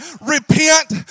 repent